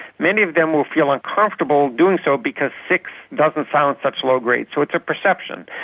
many of them will feel uncomfortable doing so because six doesn't sound such low-grade. so it's a perception.